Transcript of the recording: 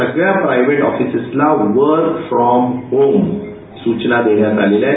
सगळ्या प्राईव्हेट ऑफिसेसला work from home सूचना देण्यात आलेल्या आहेत